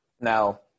Now